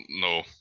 No